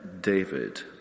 David